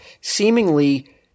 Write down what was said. seemingly